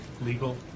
legal